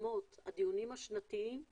(שיבוט אדם ושינוי גנטי בתאי רבייה) (תיקון מס' 4),